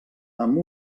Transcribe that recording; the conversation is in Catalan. amb